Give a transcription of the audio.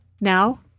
now